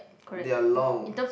they are long